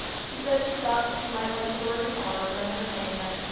she said she thought she might like to work in art or entertainment,